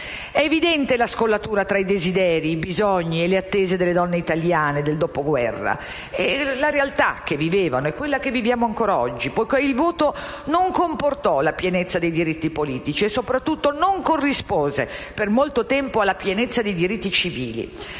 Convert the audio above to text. È evidente la scollatura tra i desideri, i bisogni e le attese delle donne italiane del dopoguerra e la realtà, che vivevano e viviamo ancora oggi, poiché il voto non comportò la pienezza dei diritti politici e, soprattutto, non corrispose per molto tempo alla pienezza dei diritti civili.